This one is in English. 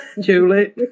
Julie